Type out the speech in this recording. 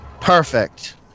Perfect